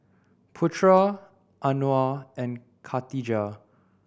Putra Anuar and Khatijah